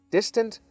Distant